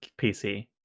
pc